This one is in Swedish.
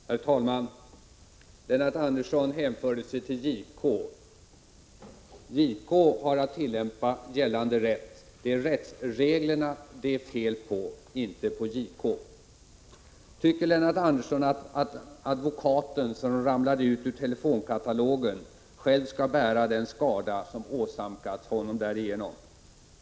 Herr talman! Lennart Andersson hänvisade till JK. JK har att tillämpa gällande rätt. Det är rättsreglerna det är fel på, inte på JK. Tycker Lennart Andersson att den advokat som inte kom med i telefonkatalogen själv skall bära den skada som åsamkats honom därigenom?